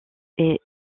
est